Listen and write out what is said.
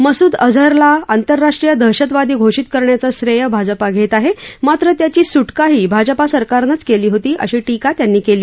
मसूद अझहरला आंतरराष्ट्रीय दहशतवादी घोषित करण्याचं श्रेय भाजपा घेत आहे मात्र त्याची सुटकाही भाजपा सरकारनंच केली होती अशी टीका त्यांनी केली